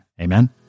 Amen